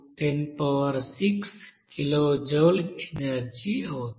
80x106 kilojoule energy అవుతుంది